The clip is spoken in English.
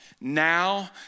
Now